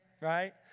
right